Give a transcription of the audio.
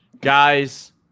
Guys